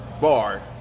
bar